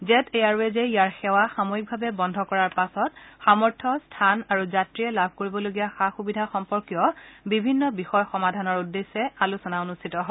jet এয়াৰৱেজে ইয়াৰ সেৱা সাময়িকভাৱে বন্ধ কৰাৰ পাছত সামৰ্থ্য স্থান আৰু যাত্ৰীয়ে লাভ কৰিবলগীয়া সা সুবিধা সম্পৰ্কীয় বিভিন্ন বিষয় সমাধানৰ উদ্দেশ্যে আলোচনা অনুষ্ঠিত হয়